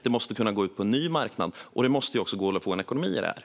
Det måste kunna gå ut på en ny marknad, och det måste gå att få ekonomi i det.